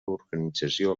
organització